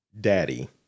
daddy